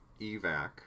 EVAC